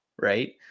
right